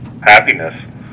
happiness